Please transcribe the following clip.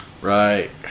right